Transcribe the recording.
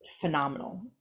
phenomenal